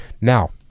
now